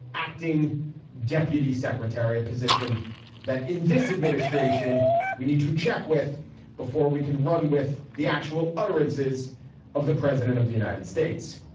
acting deputy secretary, a position that in this administration we need to check with before we can run with the actual utterances of the president of the united states.